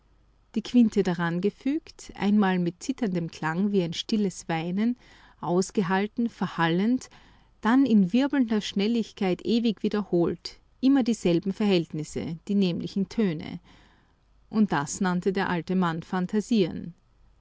die quinte darangefügt einmal mit zitterndem klang wie ein stilles weinen ausgehalten verhallend dann in wirbelnder schnelligkeit ewig wiederholt immer dieselben verhältnisse die nämlichen töne und das nannte der alte mann phantasieren